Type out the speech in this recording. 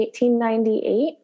1898